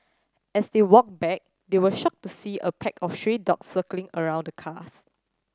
as they walked back they were shocked to see a pack of stray dogs circling around the cars